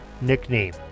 nickname